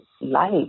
life